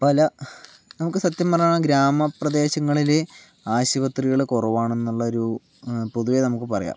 പല നമുക്ക് സത്യം പറഞ്ഞാൽ ഗ്രാമപ്രദേശങ്ങളിൽ ആശുപത്രികൾ കുറവാണെന്നുള്ളൊരു പൊതുവെ നമുക്ക് പറയാം